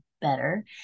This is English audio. better